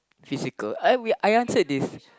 physical I we I answered this